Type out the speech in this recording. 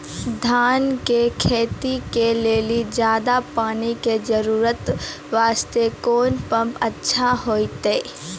धान के खेती के लेली ज्यादा पानी के जरूरत वास्ते कोंन पम्प अच्छा होइते?